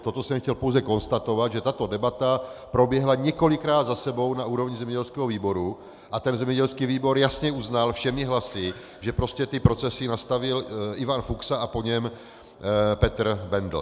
Toto jsem chtěl pouze konstatovat, že tato debata proběhla několikrát za sebou na úrovni zemědělského výboru a zemědělský výbor jasně uznal všemi hlasy, že ty procesy nastavil Ivan Fuksa a po něm Petr Bendl.